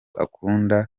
akunda